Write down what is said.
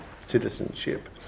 citizenship